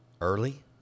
early –